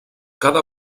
cada